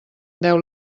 deu